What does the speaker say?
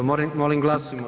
Molim glasujmo.